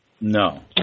No